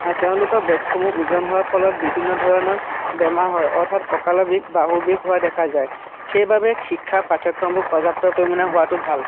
আৰু তেওঁলোকৰ বেগসমূহ ওজন হোৱাৰ ফলত বিভিন্ন ধৰণৰ বেমাৰ হয় অৰ্থাৎ ককালৰ বিষ বাহুৰ বিষ হোৱা দেখা যায় সেইবাবে শিক্ষাৰ পাঠ্যক্ৰমবোৰ পৰ্যাপ্ত পৰিমাণে হোৱাতো ভাল